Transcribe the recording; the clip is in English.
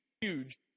huge